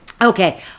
Okay